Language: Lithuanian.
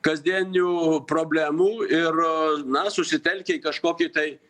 kasdieninių problemų ir na susitelkia į kažkokį tai